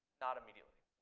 not immediately,